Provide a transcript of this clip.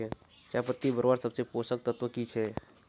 चयपत्ति बढ़वार सबसे पोषक तत्व की छे?